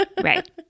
Right